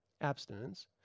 abstinence